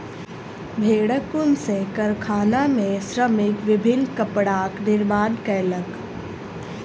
भेड़क ऊन सॅ कारखाना में श्रमिक विभिन्न कपड़ाक निर्माण कयलक